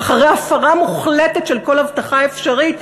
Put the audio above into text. אחרי הפרה מוחלטת של כל הבטחה אפשרית?